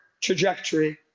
trajectory